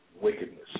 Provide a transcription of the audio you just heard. wickedness